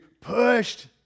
pushed